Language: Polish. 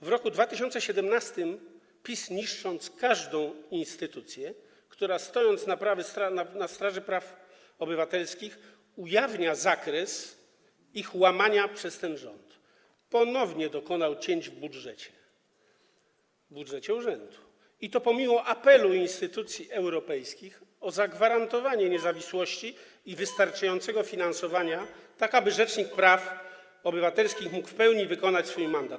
W roku 2017 PiS, niszcząc każdą instytucję, która stojąc na straży praw obywatelskich, ujawnia zakres ich łamania przez ten rząd, ponownie dokonał cięć w budżecie urzędu, i to pomimo apelu instytucji europejskich o zagwarantowanie niezawisłości i wystarczającego finansowania, tak aby rzecznik praw obywatelskich mógł w pełni wykonywać swój mandat.